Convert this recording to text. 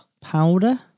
Powder